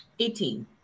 Eighteen